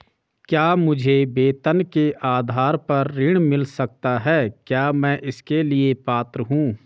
क्या मुझे वेतन के आधार पर ऋण मिल सकता है क्या मैं इसके लिए पात्र हूँ?